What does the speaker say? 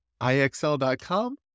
IXL.com